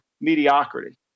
mediocrity